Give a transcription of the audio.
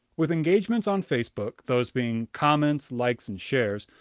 with engagements on facebook, those being comments, likes and shares,